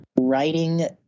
writing